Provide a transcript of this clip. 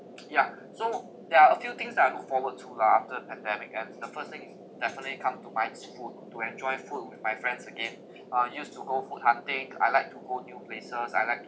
yeah so there are a few things that I look forward to lah after the pandemic ends the first thing is definitely come to mind is food to enjoy food with my friends again I used to go food hunting I like to go new places I like to